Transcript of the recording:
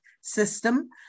System